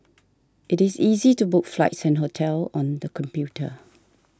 it is easy to book flights and hotels on the computer